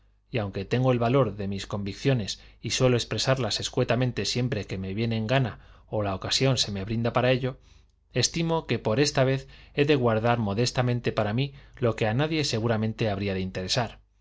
y aunque tengo el valor de mis convicciones y suelo escuetamente expresarlas siempre que me viene en ganas ó la ocasión se me brinda para ello estimo que por esta vez he de guardar modestamente para mí lo que él nadie segura mente habría de interesar